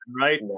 right